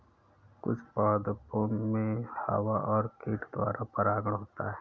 कुछ पादपो मे हवा और कीट द्वारा परागण होता है